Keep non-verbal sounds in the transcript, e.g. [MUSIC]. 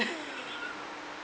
[BREATH]